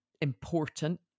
important